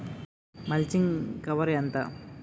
Mulching cover ఎంత?